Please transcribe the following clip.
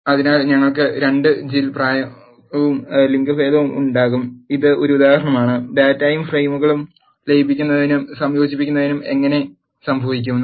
അതിനാൽ ഞങ്ങൾക്ക് 2 ജിൽ പ്രായവും ലിംഗഭേദവും ഉണ്ടാകും ഇത് ഒരു ഉദാഹരണമാണ് ഡാറ്റാ ഫ്രെയിമുകൾ ലയിപ്പിക്കുന്നതും സംയോജിപ്പിക്കുന്നതും എങ്ങനെ സംഭവിക്കുന്നു